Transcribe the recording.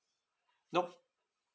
nope